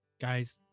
Guys